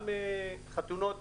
גם חתונות,